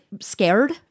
scared